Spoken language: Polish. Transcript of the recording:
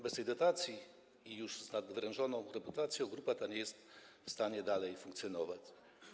Bez tych dotacji i z już nadwyrężoną reputacją grupa ta nie jest w stanie dalej funkcjonować.